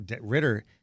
Ritter